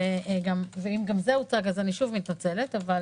אם גם זה הוצג אז אני שוב מתנצלת אבל